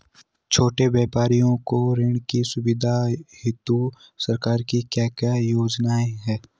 छोटे व्यापारियों को ऋण की सुविधा हेतु सरकार की क्या क्या योजनाएँ हैं?